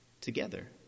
together